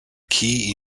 kei